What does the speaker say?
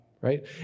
right